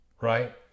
right